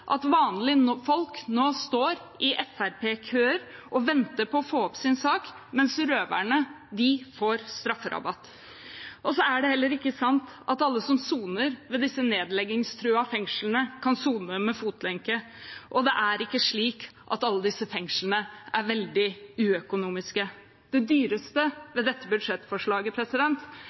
at vanlige folk nå står i Fremskrittsparti-køer og venter på å få opp sin sak – mens røverne får strafferabatt. Det er heller ikke sant at alle som soner ved disse nedleggingstruede fengslene, kan sone med fotlenke, og det er ikke slik at alle disse fengslene er veldig uøkonomiske. Det dyreste ved dette budsjettforslaget